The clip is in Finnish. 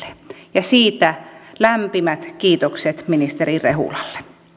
ja siitä lämpimät kiitokset ministeri rehulalle